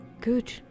good